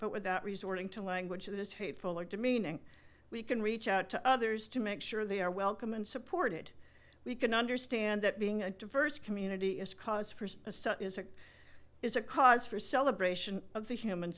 but without resorting to language of this hateful or demeaning we can reach out to others to make sure they are welcome and supported we can understand that being a diverse community is cause for some is a is a cause for celebration of the human